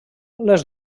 les